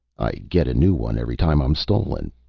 i get a new one every time i'm stolen.